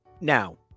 Now